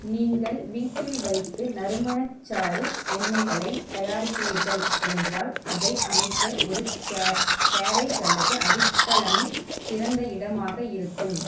நீங்கள் வீட்டில் வைத்து நறுமணச்சாறு எண்ணெய்களைத் தயாரிக்கிறீர் என்றால் அதை அமைக்க ஒரு கேரே கேரேஜ் அல்லது அடித்தளமே சிறந்த இடமாக இருக்கும்